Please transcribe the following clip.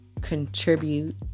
contribute